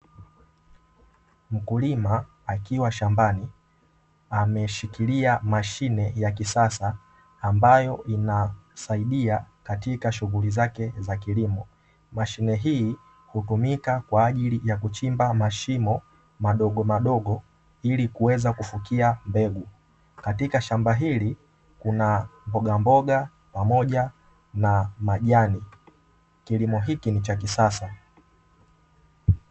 Mkulima akiwa shambani ameshikilia mashine ya kisasa ambayo inamsaidia katika shughuli zake za kilimo. Mashine hii hutumika kwa ajili ya kuchimba mashimo madogomadogo ili kuweza kufukia mbegu. Katika shamba hili kuna mbogamboga pamoja na majani. Kilimo hiki ni cha kisasa.